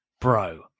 Bro